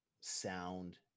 sound